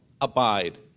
abide